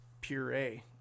puree